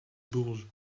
bourges